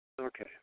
Okay